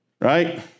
right